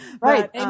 Right